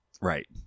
right